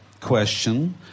question